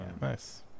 nice